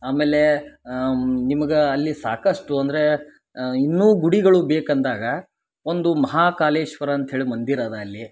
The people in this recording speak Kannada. ಆಮೇಲೆ ನಿಮ್ಗ ಅಲ್ಲಿ ಸಾಕಷ್ಟು ಅಂದರೆ ಇನ್ನೂ ಗುಡಿಗಳು ಬೇಕಂದಾಗ ಒಂದು ಮಹಾ ಕಾಲೇಶ್ವರ ಅಂತೇಳಿ ಮಂದಿರ ಅದಾ ಅಲ್ಲಿ